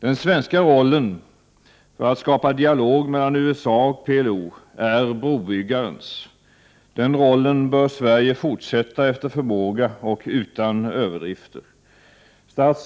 Den svenska rollen för att skapa dialog mellan USA och PLO är brobyggarens. Den rollen bör Sverige efter förmåga och utan överdrifter fortsätta att agera.